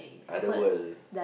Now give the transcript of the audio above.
other world